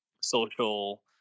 social